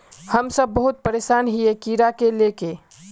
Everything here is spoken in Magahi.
हम सब बहुत परेशान हिये कीड़ा के ले के?